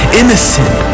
innocent